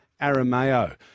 Arameo